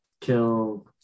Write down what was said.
Kill